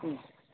हूँ